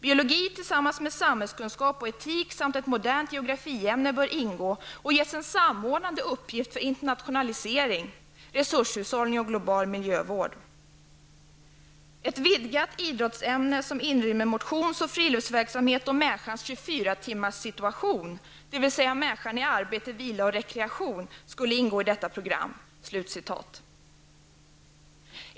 Biologi tillsammans med samhällskunskap och etik samt ett modernt geografiämne bör ingå och ges en samordnande uppgift för internationalisering, resurshushållning och global miljövård. Ett vidgat idrottsämne som inrymmer motions och friluftsverksamhet och människans 24-timmars situation, dvs. människan i arbete, vila och rekreation, skulle ingå i detta program.''